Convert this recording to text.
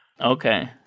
Okay